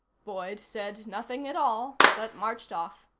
boyd said nothing at all, but marched off.